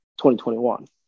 2021